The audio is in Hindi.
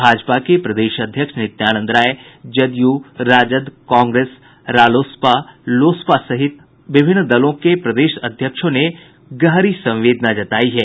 भाजपा के प्रदेश अध्यक्ष नित्यानंद राय जदयू राजद कांग्रेस रालोसपा लोजपा सहित विभिन्न दलों के प्रदेश अध्यक्षों ने गहरी संवेदना जतायी है